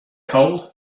cold